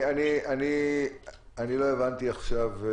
לא הבנתי עכשיו.